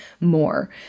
more